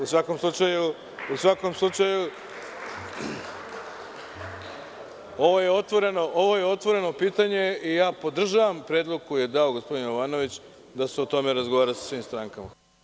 U svakom slučaju ovo je otvoreno pitanje i ja podržavam predlog koji je dao gospodin Jovanović, da se o tome razgovara sa svim strankama.